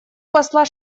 посла